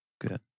good